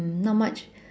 mm not much